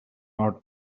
not